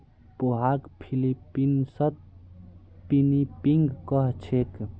पोहाक फ़िलीपीन्सत पिनीपिग कह छेक